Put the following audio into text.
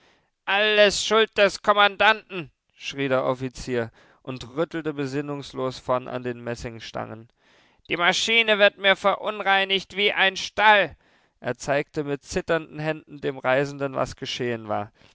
alles schuld des kommandanten schrie der offizier und rüttelte besinnungslos vorn an den messingstangen die maschine wird mir verunreinigt wie ein stall er zeigte mit zitternden händen dem reisenden was geschehen war